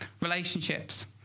relationships